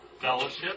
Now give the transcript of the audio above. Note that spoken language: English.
Fellowship